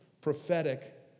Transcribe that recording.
prophetic